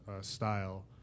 style